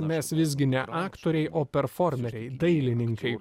mes visgi ne aktoriai o performeriai dailininkai